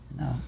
No